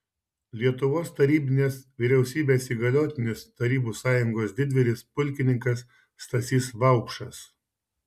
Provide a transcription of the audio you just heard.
lietuvos tarybinės vyriausybės įgaliotinis tarybų sąjungos didvyris pulkininkas stasys vaupšas